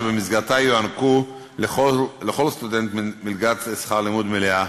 שבמסגרתה יוענקו לכל סטודנט מלגת שכר לימוד מלאה